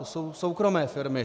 To jsou soukromé firmy.